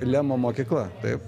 lemo mokykla taip